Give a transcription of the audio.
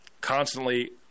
constantly